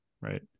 right